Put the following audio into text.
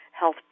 health